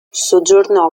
soggiornò